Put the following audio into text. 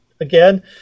again